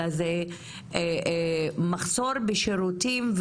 אלא שזה מחסור בשירותים,